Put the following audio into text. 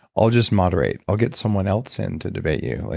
i'll just moderate. i'll get someone else in to debate you.